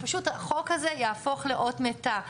החוק הזה יהפוך לאות מתה.